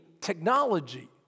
technology